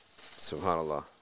SubhanAllah